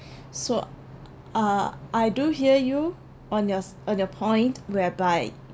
so uh I do hear you on your on your point whereby